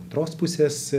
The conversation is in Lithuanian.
antros pusės